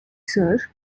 sir